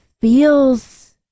feels